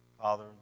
Father